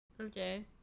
Okay